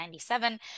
1997